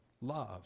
Love